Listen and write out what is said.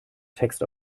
text